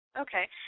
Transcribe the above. Okay